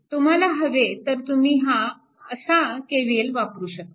तुम्हाला हवे तर तुम्ही हा असा KVL वापरू शकता